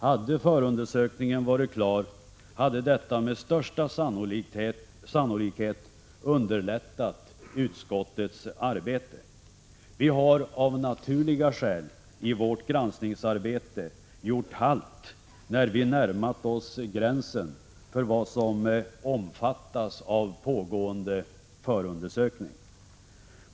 Hade förundersökningen varit klar, hade detta med största sannolikhet underlättat utskottets arbete. Vi har av naturliga skäl i vårt granskningsarbete gjort halt när vi närmat oss gränsen för vad som omfattas av pågående förundersökning.